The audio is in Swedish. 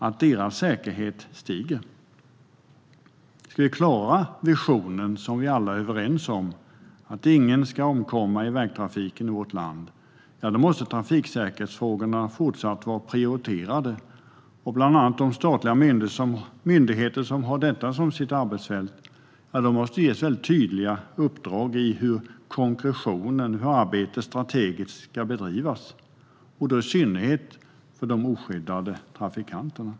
Ska vi klara att nå visionen som vi alla är överens om - att ingen ska omkomma i vägtrafiken i vårt land - måste trafiksäkerhetsfrågorna fortsatt vara prioriterade. Bland annat måste de statliga myndigheter som har detta som sitt arbetsfält ges väldigt tydliga uppdrag om hur arbetet konkret ska bedrivas strategiskt och då i synnerhet för de oskyddade trafikanterna.